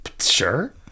sure